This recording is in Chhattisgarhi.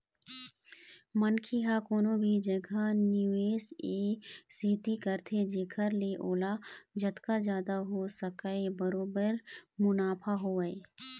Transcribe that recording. मनखे ह कोनो भी जघा निवेस ए सेती करथे जेखर ले ओला जतका जादा हो सकय बरोबर मुनाफा होवय